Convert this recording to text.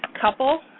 couple